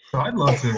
i'd love